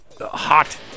hot